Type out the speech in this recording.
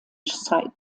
site